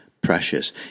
precious